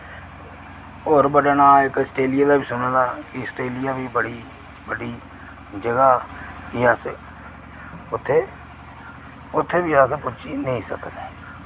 और बड़े नां इक आस्टेलिया दा बी सुने दा कि अस्ट्रेलिया बी बड़ी बड्डी जगह जि'यां अस उत्थै उत्थै बी अस पुज्जी नि सकने